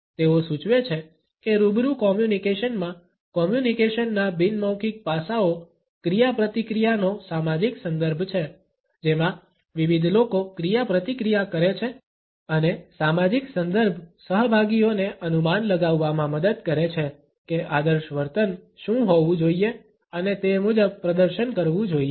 તેઓ સૂચવે છે કે રૂબરૂ કોમ્યુનિકેશનમાં કોમ્યુનિકેશનના બિન મૌખિક પાસાઓ ક્રિયાપ્રતિક્રિયા નો સામાજિક સંદર્ભ છે જેમાં વિવિધ લોકો ક્રિયાપ્રતિક્રિયા કરે છે અને સામાજિક સંદર્ભ સહભાગીઓને અનુમાન લગાવવામાં મદદ કરે છે કે આદર્શ વર્તન શું હોવું જોઈએ અને તે મુજબ પ્રદર્શન કરવું જોઈએ